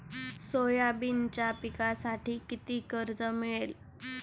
सोयाबीनच्या पिकांसाठी किती कर्ज मिळेल?